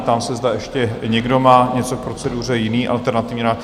Ptám se, zda má ještě někdo jiný něco k proceduře, jiný alternativní návrh?